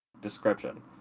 Description